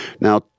Now